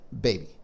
baby